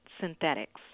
synthetics